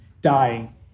dying